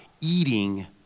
eating